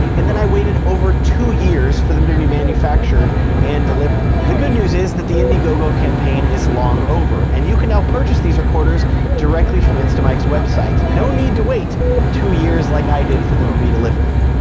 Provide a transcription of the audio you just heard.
and then i waited over two years for them to be manufactured and delivered. the good news is that the indiegogo campaign is long over, and you can now purchase these recorders directly from instamic's website. no need to wait two years like i did for them to be delivered.